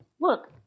Look